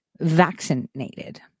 Vaccinated